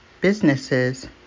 businesses